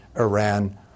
Iran